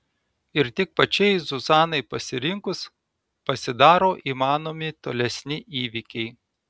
ir tik pačiai zuzanai pasirinkus pasidaro įmanomi tolesni įvykiai